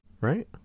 right